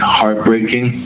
heartbreaking